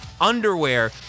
underwear